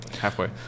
halfway